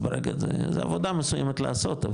זה עבודה מסוימת לעשות,